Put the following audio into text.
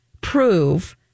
prove